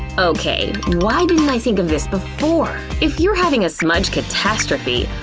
okay, why didn't i think of this before? if you're having a smudge catastrophe,